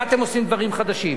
מה אתם עושים דברים חדשים?